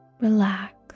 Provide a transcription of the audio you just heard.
relax